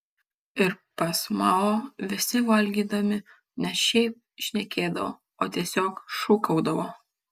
ir pas mao visi valgydami ne šiaip šnekėdavo o tiesiog šūkaudavo